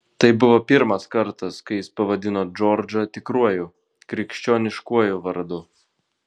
tai buvo pirmas kartas kai jis pavadino džordžą tikruoju krikščioniškuoju vardu